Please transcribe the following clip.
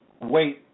wait